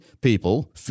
people